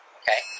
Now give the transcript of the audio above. okay